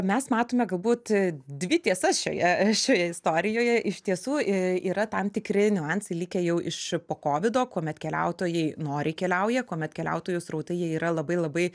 mes matome galbūt dvi tiesas šioje šioje istorijoje iš tiesų yra tam tikri niuansai likę jau iš po kovido kuomet keliautojai noriai keliauja kuomet keliautojų srautai jie yra labai labai